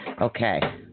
Okay